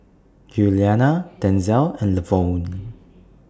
Giuliana Denzell and Lavonne